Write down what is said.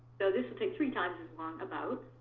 so this will take three times as long, about,